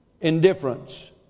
Indifference